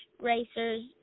racers